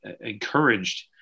encouraged